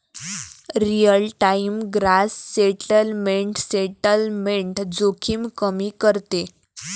real time gross settlement settlement जोखीम कमी करते